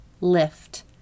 lift